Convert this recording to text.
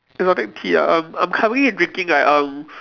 exotic tea ah um I'm currently drinking like um